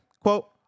Quote